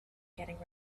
getting